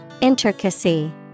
Intricacy